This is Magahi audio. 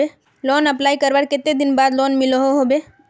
लोन अप्लाई करवार कते दिन बाद लोन मिलोहो होबे?